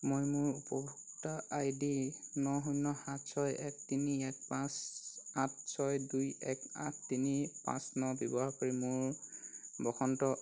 মই মোৰ উপভোক্তা আই ডি ন শূন্য সাত ছয় এক তিনি এক পাঁচ আঠ ছয় দুই এক আঠ তিনি পাঁচ ন ব্যৱহাৰ কৰি মোৰ বসন্ত